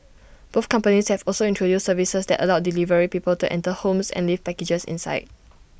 both companies have also introduced services that allow delivery people to enter homes and leave packages inside